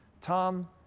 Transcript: Tom